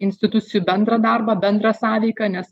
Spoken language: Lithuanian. institucijų bendrą darbą bendrą sąveiką nes